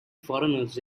foreigners